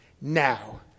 Now